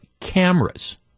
cameras